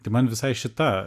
tai man visai šita